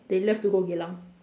they love to go Geylang